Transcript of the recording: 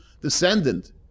descendant